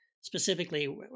specifically